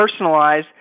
personalize